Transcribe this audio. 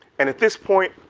and at this point,